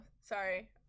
Sorry